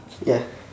ya